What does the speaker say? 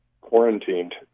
quarantined